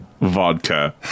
vodka